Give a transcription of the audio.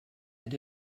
had